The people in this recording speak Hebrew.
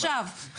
עכשיו,